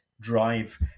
drive